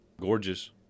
Gorgeous